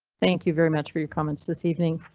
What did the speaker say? thank you very much for your comments this evening.